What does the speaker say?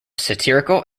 satirical